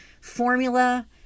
formula